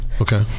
Okay